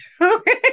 Okay